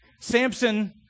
Samson